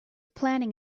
planning